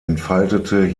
entfaltete